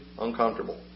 uncomfortable